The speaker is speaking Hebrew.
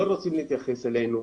לא רוצים להתייחס אלינו,